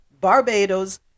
Barbados